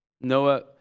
Noah